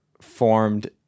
formed